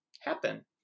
happen